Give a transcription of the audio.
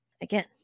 Again